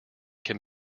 can